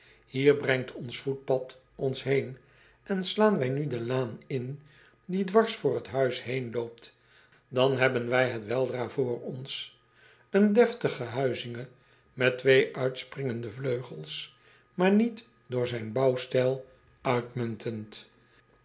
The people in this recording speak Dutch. ier brengt ons voetpad ons heen en slaan wij nu de laan in die dwars voor het huis heenloopt dan hebben wij het weldra voor ons een deftige huizinge met twee uitspringende vleugels maar niet door zijn